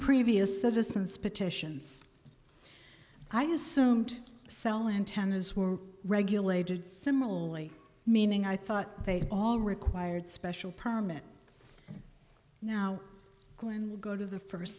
previous citizens petitions i assumed cell antennas were regulated similarly meaning i thought they all required special permit now when they go to the first